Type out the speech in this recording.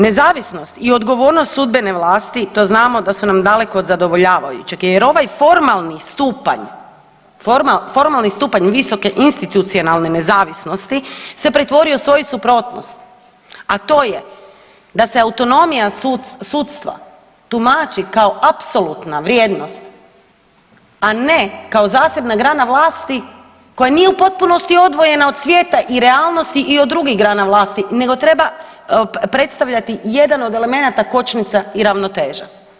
Nezavisnost i odgovornost sudbene vlasti, to znamo da su nam daleko od zadovoljavajućeg jer ovaj formalni stupanj, formalni stupanj visoke institucionalne nezavisnosti se pretvorio u svoju suprotnost, a to je da se autonomija sudstva tumači kao apsolutna vrijednost, a ne kao zasebna grana vlasti koja nije u potpunosti odvojena od svijeta i realnosti i od drugih grana vlasti nego treba predstavljati jedan od elemenata kočnica i ravnoteža.